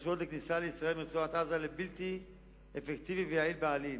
בקשות לכניסה לישראל מרצועת-עזה לבלתי אפקטיבי ויעיל בעליל.